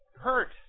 hurt